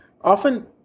often